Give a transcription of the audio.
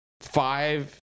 five